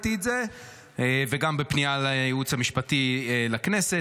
וגם פנייה לייעוץ המשפטי לכנסת.